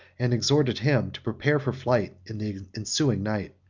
and exhorted him to prepare for flight in the ensuing night.